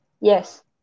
Yes